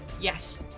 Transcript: Yes